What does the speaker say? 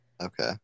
Okay